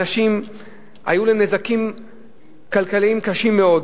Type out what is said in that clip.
אנשים היו להם נזקים כלכליים קשים מאוד,